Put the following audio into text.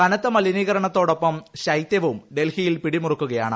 കനത്ത മൂലിനീകരണത്തോടൊപ്പം ശൈതൃവും ഡൽഹിയിൽ പിടിമൂരുക്കുകയാണ്